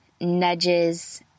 nudges